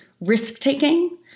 risk-taking